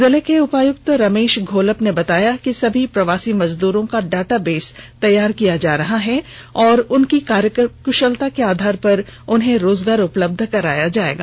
जिले के उपायुक्त रमेष घोलाप ने बताया की सभी प्रवासी मजदूरों का डाटाबेस तैयार किया जा रहा है और उनके कार्यकुषलता के आधार पर रोजगार उपलब्ध कराया जायेगा